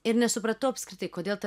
ir nesupratau apskritai kodėl ta